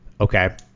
Okay